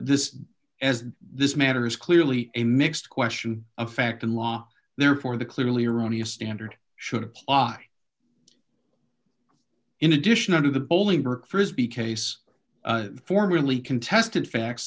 this as this matter is clearly a mixed question of fact in law therefore the clearly erroneous standard should apply in addition to the bolingbrook frisbie case formerly contested facts